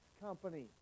company